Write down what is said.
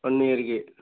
one இயருக்கு